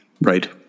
Right